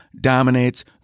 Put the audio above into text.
dominates